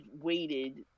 waited